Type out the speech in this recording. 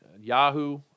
Yahoo